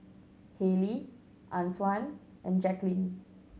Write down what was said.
Haylie Antwan and Jaqueline